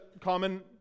common